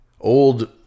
old